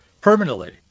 permanently